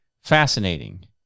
Fascinating